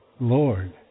Lord